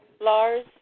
Lars